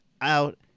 out